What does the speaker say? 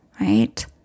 right